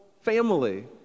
family